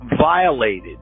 violated